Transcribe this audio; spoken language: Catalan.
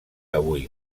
avui